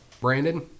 Brandon